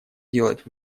делать